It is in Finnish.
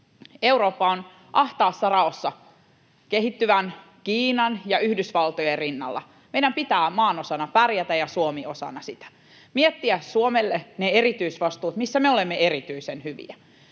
Eurooppa on ahtaassa raossa kehittyvän Kiinan ja Yhdysvaltojen rinnalla. Meidän pitää maanosana pärjätä ja Suomen osana sitä, miettiä Suomelle ne erityisvastuut, missä me olemme erityisen hyviä.